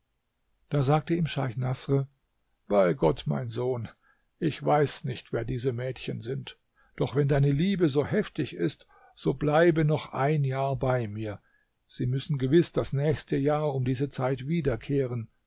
da sagte ihm scheich naßr bei gott mein sohn ich weiß nicht wer diese mädchen sind doch wenn deine liebe so heftig ist so bleibe noch ein jahr bei mir sie müssen gewiß das nächste jahr um diese zeit wiederkehren